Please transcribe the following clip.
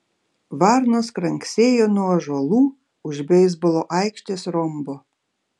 varnos kranksėjo nuo ąžuolų už beisbolo aikštės rombo